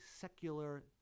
secular